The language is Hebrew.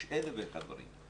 יש אלף ואחד דברים.